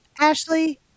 Ashley